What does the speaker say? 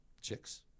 chicks